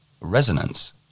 resonance